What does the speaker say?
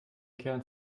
kern